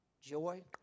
Joy